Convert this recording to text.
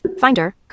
Finder